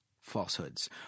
falsehoods